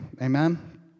Amen